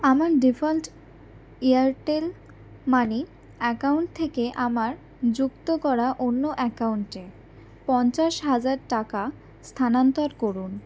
আমার default Airtel money account থেকে আমার যুক্ত করা অন্য অ্যাকাউন্টে পঞ্চাশ হাজার টাকা স্থানান্তর করুন